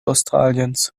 australiens